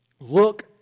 Look